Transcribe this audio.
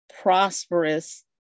prosperous